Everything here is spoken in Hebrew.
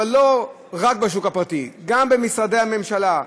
אבל לא רק בשוק הפרטי, גם במשרדי הממשלה.